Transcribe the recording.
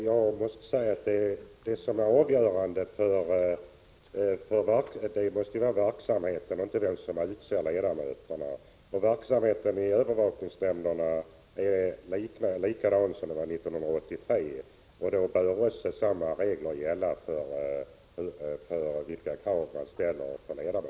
Herr talman! Det avgörande måste ju vara verksamheten och inte vem som utser ledamöterna. Verksamheten i övervakningsnämnderna är densamma som 1983, och därför bör också kraven på ledamöterna vara desamma.